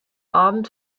abend